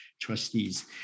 trustees